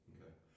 Okay